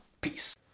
peace